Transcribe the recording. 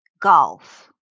Golf